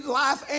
life